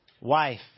wife